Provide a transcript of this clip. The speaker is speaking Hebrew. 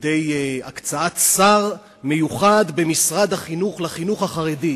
על-ידי הקצאת שר מיוחד במשרד החינוך לחינוך החרדי,